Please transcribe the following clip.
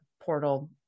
portal